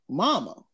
mama